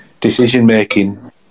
decision-making